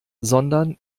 sondern